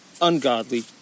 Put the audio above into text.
ungodly